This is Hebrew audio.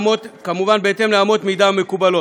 כמובן בהתאם לאמות מידה מקובלות,